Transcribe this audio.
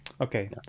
okay